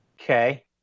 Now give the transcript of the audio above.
Okay